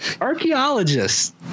archaeologists